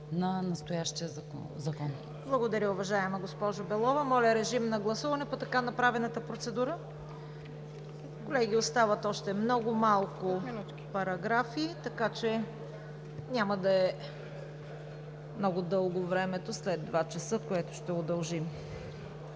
ЦВЕТА КАРАЯНЧЕВА: Благодаря, уважаема госпожо Белова. Моля, режим на гласуване по така направената процедура. Колеги, остават много малко параграфи, така че няма да е много дълго времето след 14,00 ч., с което ще го удължим.